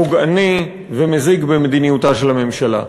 פוגעני ומזיק, במדיניותה של הממשלה.